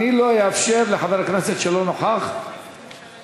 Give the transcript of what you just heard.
אני לא אאפשר לחבר הכנסת שלא נכח לדבר,